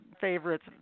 favorites